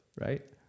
right